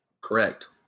Correct